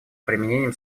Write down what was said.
применением